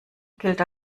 gilt